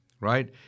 Right